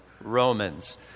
Romans